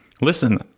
listen